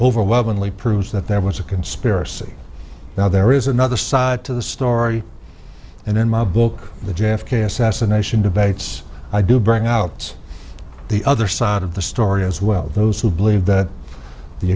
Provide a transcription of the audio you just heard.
overwhelmingly proves that there was a conspiracy now there is another side to the story and in my book the j f k assassination debates i do bring out the other side of the story as well those who believe that the